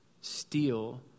steal